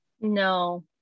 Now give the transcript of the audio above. no